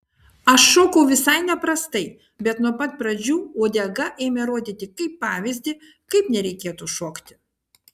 aš šokau visai neprastai bet nuo pat pradžių uodega ėmė rodyti kaip pavyzdį kaip nereikėtų šokti